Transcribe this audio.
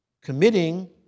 committing